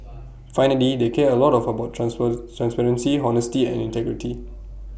finally they care A lot of about trans per transparency honesty and integrity